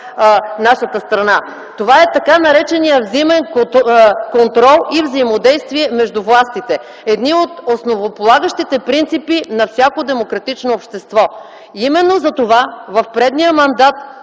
нашата страна. Това е така нареченият взаимен контрол и взаимодействие между властите – едни от основополагащите принципи на всяко демократично общество. Именно заради това в предния мандат,